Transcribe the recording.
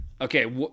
okay